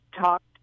talked